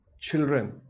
children